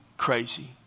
Crazy